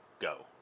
Go